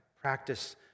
Practice